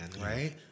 right